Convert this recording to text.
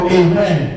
amen